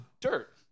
dirt